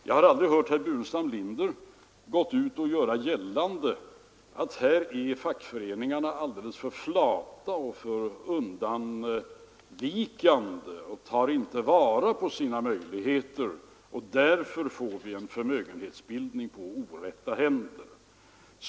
Jag har aldrig hört herr Burenstam Linder gå ut och göra gällande att här är fackföreningarna alldeles för flata, viker undan för mycket och tar inte vara på sina möjligheter, och att vi därför får en förmögenhetsbildning på orätta händer.